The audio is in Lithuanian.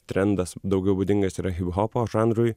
trendas daugiau būdingas yra hiphopo žanrui